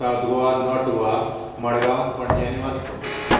south Goa north Goa Madgaon Panaji आनी वास्को